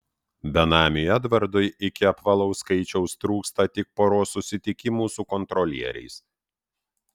benamiui edvardui iki apvalaus skaičiaus trūksta tik poros susitikimų su kontrolieriais